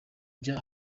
ndya